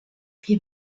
wir